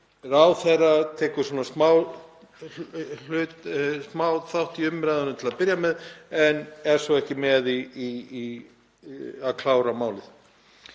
Ráðherra tekur smá þátt í umræðunum til að byrja með en er svo ekki með í að klára málið.